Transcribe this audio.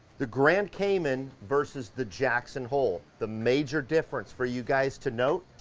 the grand cayman versus the jackson hole. the major difference for you guys to note,